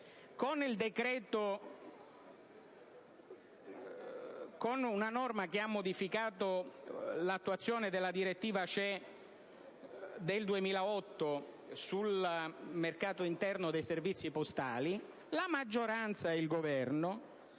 con una norma che ha modificato la direttiva 2008/6/CE sul mercato interno dei servizi postali, la maggioranza e il Governo